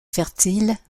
fertiles